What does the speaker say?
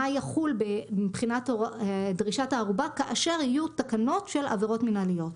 מה יחול מבחינת דרישת הערובה כאשר יהיו תקנות של עבירות מנהליות.